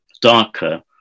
darker